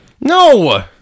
no